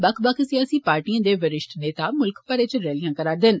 बक्ख बक्ख सियासी पार्टीए दे विरिश्ठ नेता मुल्ख भरै इच रैलिया करा र दे न